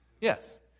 Yes